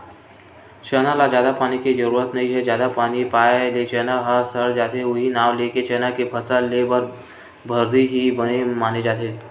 चना ल जादा पानी के जरुरत नइ हे जादा पानी पाए ले चना ह सड़ जाथे उहीं नांव लेके चना के फसल लेए बर भर्री ही बने माने जाथे